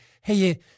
hey